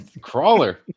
Crawler